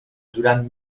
durant